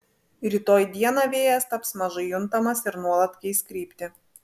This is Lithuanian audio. rytoj dieną vėjas taps mažai juntamas ir nuolat keis kryptį